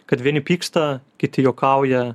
kad vieni pyksta kiti juokauja